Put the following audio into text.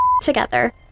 together